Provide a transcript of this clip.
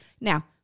Now